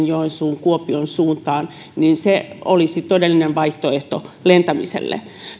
joensuun kuopion suuntaan niin se olisi todellinen vaihtoehto lentämiselle